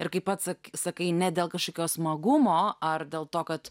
ir kaip pats sakai ne dėl kažkokio smagumo ar dėl to kad